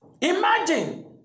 Imagine